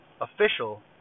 official